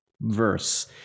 verse